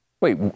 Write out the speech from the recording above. Wait